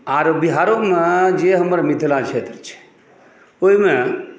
आर बिहारोमे जे हमर मिथिला क्षेत्र छै ओहिमे